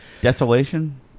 Desolation